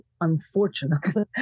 Unfortunately